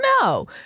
no